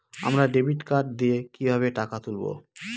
আমরা debit card দিয়ে কিভাবে টাকা তুলবো?